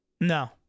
No